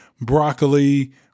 Broccoli